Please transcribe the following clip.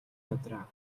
газраа